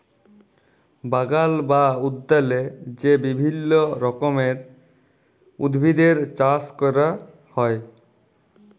বাগাল বা উদ্যালে যে বিভিল্য রকমের উদ্ভিদের চাস ক্যরা হ্যয়